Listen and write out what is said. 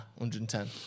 110